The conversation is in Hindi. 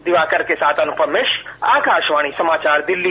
दिवाकर के साथ अनुपम मिश्र आकाशवाणी समाचार दिल्ली